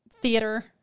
Theater